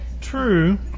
True